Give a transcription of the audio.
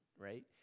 right